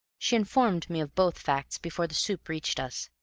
she informed me of both facts before the soup reached us,